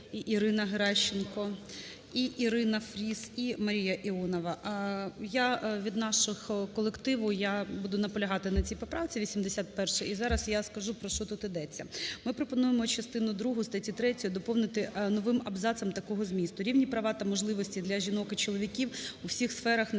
Ірина Геращенко і Ірина Фріз, і Марія Іонова. Я від нашого колективу я буду наполягати на цій поправці, 81-й. І зараз я скажу, про що тут йдеться. Ми пропонуємо частину другу статті 3 доповнити новим абзацом такого змісту: "рівні права та можливості для жінок і чоловіків у всіх сферах національної